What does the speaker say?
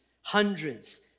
hundreds